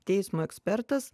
teismo ekspertas